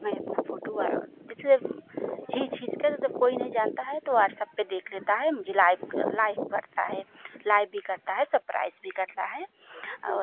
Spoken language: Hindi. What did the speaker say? मैं फोटू वा जिसके खींच खींचकर जब कोई नहीं जानता है तो व्हाट्सअप पर देख लेता है मुझे लाइव कर लाइव करता है लाइव भी करता है सप्राइस भी करता है और